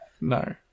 No